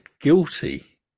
guilty